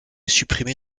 supprimé